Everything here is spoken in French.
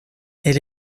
elle